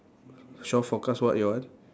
shore forecast what your one